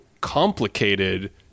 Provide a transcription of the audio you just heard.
complicated –